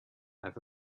have